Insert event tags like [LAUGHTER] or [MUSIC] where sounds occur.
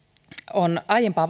on aiempaa [UNINTELLIGIBLE]